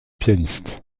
pianiste